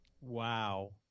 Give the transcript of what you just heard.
Wow